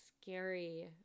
scary